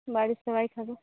বাড়ির সবাই খাব